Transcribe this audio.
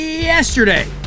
yesterday